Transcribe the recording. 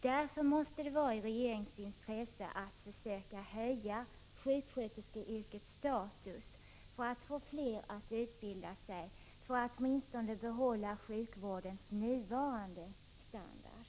Det måtte vara i regeringens intresse att försöka höja sjuksköterskeyrkets status, så att fler vill utbilda sig och så att vi åtminstone får behålla sjukvårdens nuvarande standard.